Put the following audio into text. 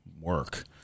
work